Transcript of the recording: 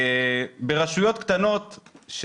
ברשויות קטנות,